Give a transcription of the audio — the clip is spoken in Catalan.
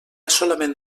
solament